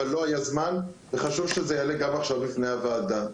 אבל לא היה זמן וחשוב שזה יעלה גם עכשיו בפני הוועדה.